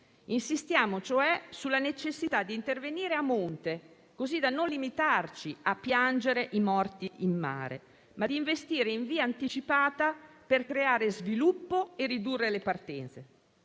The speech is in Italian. Insistiamo, cioè, sulla necessità di intervenire a monte, così da non limitarci a piangere i morti in mare, investendo in via anticipata per creare sviluppo e ridurre le partenze.